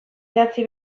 idatzi